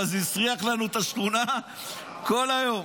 אבל זה הסריח לנו את השכונה כל היום.